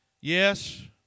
Yes